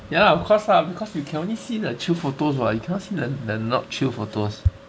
ya lah of course lah because you can only see the chill photos you cannot see the not chill photos